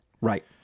Right